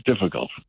difficult